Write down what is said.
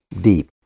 deep